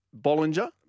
Bollinger